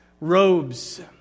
robes